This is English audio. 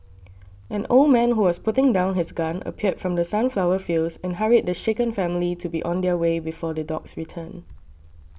an old man who was putting down his gun appeared from the sunflower fields and hurried the shaken family to be on their way before the dogs return